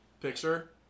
Picture